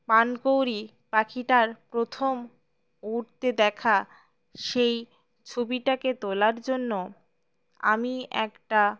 পানকৌড়ি পাখিটার প্রথম উড়তে দেখা সেই ছবিটাকে তোলার জন্য আমি একটা